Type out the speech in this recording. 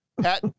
Pat